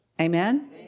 Amen